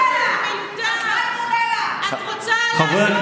אז מה אם